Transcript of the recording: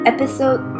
Episode